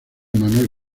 manuel